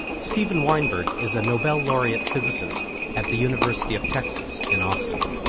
steven weinberg is a nobel laureate physicist at the university of texas in austin.